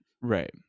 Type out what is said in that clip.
right